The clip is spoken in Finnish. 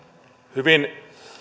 hyvin